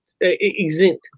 exempt